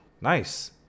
Nice